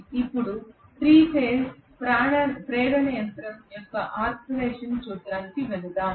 ఇప్పుడు 3 ఫేజ్ ప్రేరణ యంత్రం యొక్క ఆపరేషన్ సూత్రానికి వెళ్దాం